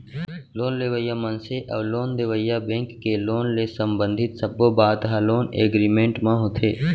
loan लेवइया मनसे अउ लोन देवइया बेंक के लोन ले संबंधित सब्बो बात ह लोन एगरिमेंट म होथे